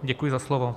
Děkuji za slovo.